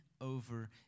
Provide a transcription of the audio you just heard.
over